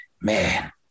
man